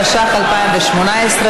התשע"ח 2018,